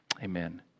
Amen